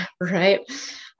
Right